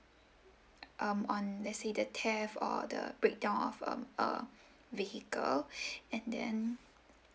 um on let say the theft or the breakdown of um uh vehicle and then